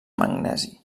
magnesi